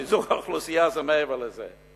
פיזור האוכלוסייה זה מעבר לזה.